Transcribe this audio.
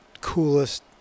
coolest